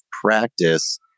practice